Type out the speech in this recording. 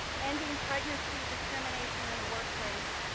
ending pregnancy discrimination in the workplace,